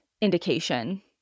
indication